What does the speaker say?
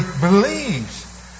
believes